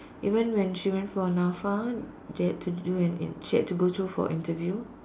even when she went for Nafa they had to do an an she had to go through for interview